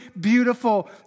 beautiful